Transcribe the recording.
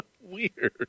Weird